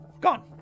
gone